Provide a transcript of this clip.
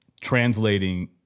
translating